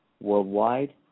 worldwide